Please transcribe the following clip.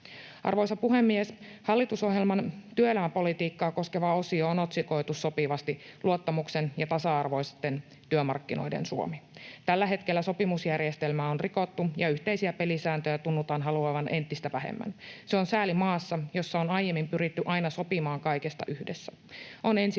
Arvoisa puhemies! Hallitusohjelman työelämäpolitiikkaa koskeva osio on otsikoitu sopivasti: ”Luottamuksen ja tasa-arvoisten työmarkkinoiden Suomi”. Tällä hetkellä sopimusjärjestelmää on rikottu ja yhteisiä pelisääntöjä tunnutaan haluavan entistä vähemmän. Se on sääli maassa, jossa on aiemmin pyritty aina sopimaan kaikesta yhdessä: on ensin